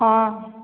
ହଁ